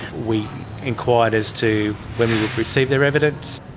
we inquired as to when we would receive their evidence.